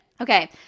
okay